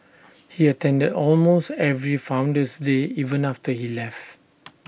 he attended almost every Founder's day even after he left